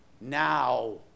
now